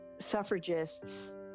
suffragists